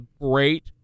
great